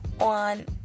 on